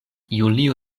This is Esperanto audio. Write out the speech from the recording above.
julio